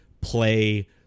play